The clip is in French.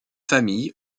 famille